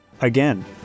again